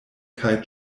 kaj